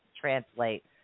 translate